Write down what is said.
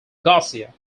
garcia